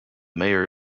mayor